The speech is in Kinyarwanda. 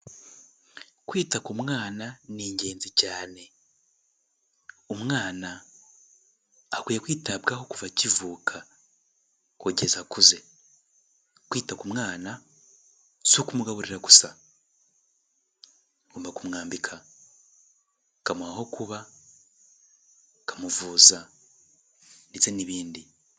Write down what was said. Kwita ku mwana ni ingenzi cyane, umwana akwiye kwitabwaho kuva akivuka kugeza akuze, kwita ku mwana si ukumugaburira gusa, ugomba kumwambika, ukamuha aho kuba, ukamuvuza ndetse n'ibindi.